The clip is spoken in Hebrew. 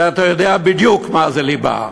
אתה יודע בדיוק מה זה ליבה: